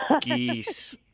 Geese